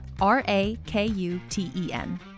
R-A-K-U-T-E-N